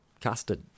custard